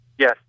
Yes